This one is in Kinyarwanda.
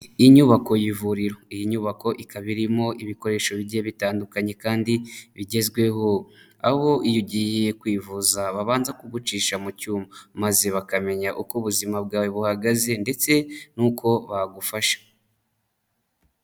Inyubako y'ivuriro iyi nyubako ikaba irimo ibikoresho bigiye bitandukanye kandi bigezweho, aho iyo ugiye kwivuza babanza kugucisha mu cyuma maze bakamenya uko ubuzima bwawe buhagaze ndetse n'uko bagufasha.